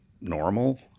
normal